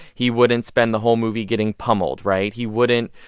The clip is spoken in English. he wouldn't spend the whole movie getting pummeled, right? he wouldn't,